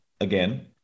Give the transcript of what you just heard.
again